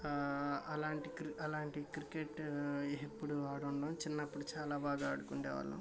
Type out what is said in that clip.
అలాంటి అలాంటి క్రికెట్ ఎప్పుడు ఆడుండం చిన్నప్పుడు చాలా బాగా ఆడుకుండే వాళ్ళం